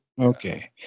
Okay